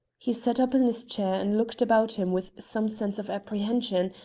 he sat up in his chair and looked about him with some sense of apprehension,